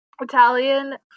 Italian